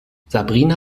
sabrina